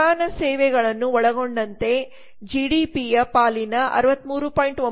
ನಿರ್ಮಾಣ ಸೇವೆಗಳನ್ನು ಒಳಗೊಂಡಂತೆ ಜಿಡಿಪಿಯ ಪಾಲಿನ 63